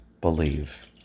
Believe